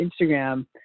instagram